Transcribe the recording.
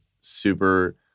super